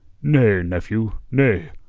nay, nephew, nay,